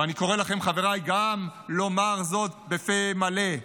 ואני קורא לכם, חבריי, גם לומר זאת בפה מלא: